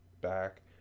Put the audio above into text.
back